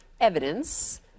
evidence